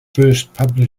published